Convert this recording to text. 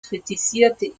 kritisierte